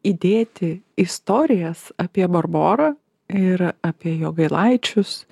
įdėti istorijas apie barborą ir apie jogailaičius